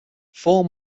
four